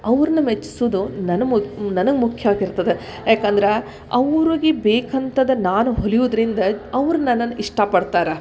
ಅವ್ರನ್ನ ಮೆಚ್ಸೋದು ನನ್ನ ಮು ನನಗೆ ಮುಖ್ಯ ಆಗಿರ್ತದೆ ಯಾಕಂದ್ರೆ ಅವ್ರಿಗೆ ಬೇಕಂತಾದ ನಾನು ಹೊಲಿಯುವುದ್ರಿಂದ ಅವ್ರು ನನ್ನನ್ನು ಇಷ್ಟಪಡ್ತಾರೆ